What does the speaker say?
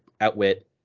outwit